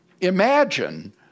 imagine